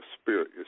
spirit